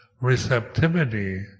receptivity